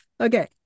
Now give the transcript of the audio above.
Okay